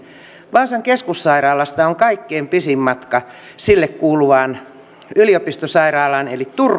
vaasan keskussairaalasta on kaikkein pisin matka sille kuuluvaan yliopistosairaalaan eli turkuun matkaa on